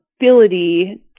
ability